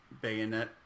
Bayonet